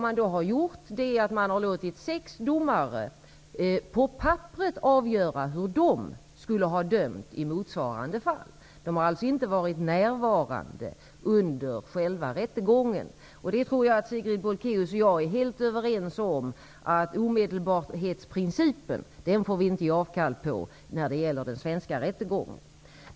Man har låtit sex domare på pappret avgöra hur de skulle ha dömt i motsvarande fall. De har alltså inte varit närvarande under själva rättegången. Jag tror att Sigrid Bolkéus och jag är helt överens om att vi inte får göra avkall på omedelbarhetsprincipen när det gäller den svenska rättegången.